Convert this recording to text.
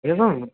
एवम्